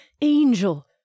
angel